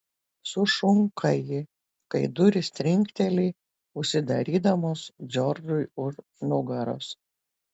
sušunka ji kai durys trinkteli užsidarydamos džordžui už nugaros